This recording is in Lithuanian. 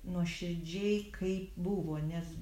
nuoširdžiai kaip buvo nes